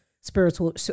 spiritual